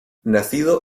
nacido